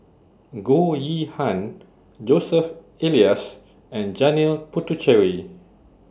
Goh Yihan Joseph Elias and Janil Puthucheary